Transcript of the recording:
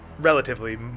relatively